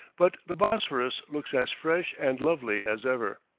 but the bosphorus looks as fresh and lovely as ever.